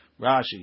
Rashi